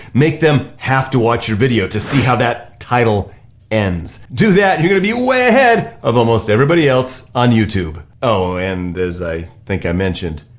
make them have to watch your video to see how that title ends. do that and you're gonna be way ahead of almost everybody else on youtube. oh, and as i think i mentioned,